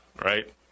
right